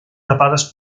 tapades